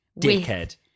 Dickhead